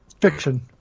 fiction